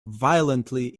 violently